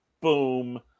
Boom